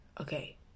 okay